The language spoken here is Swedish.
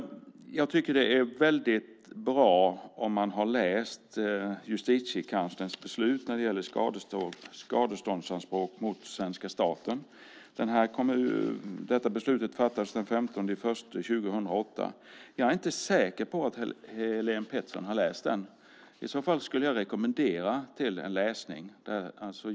Jag tycker att det är väldigt bra om man har läst Justitiekanslerns beslut när det gäller skadeståndsanspråk mot svenska staten. Detta beslut fattades den 15 januari 2008. Jag är inte säker på att Helén Pettersson har läst det. Jag skulle rekommendera det till läsning.